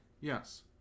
Yes